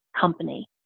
company